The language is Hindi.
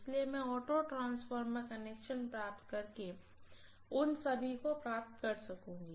इसलिए मैं ऑटो ट्रांसफ़ॉर्मर कनेक्शन प्राप्त करके उन सभी को प्राप्त कर सकूंगी